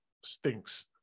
stinks